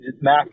Mac